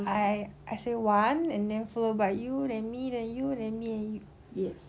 I I say one and then followed by you then me then you then me and you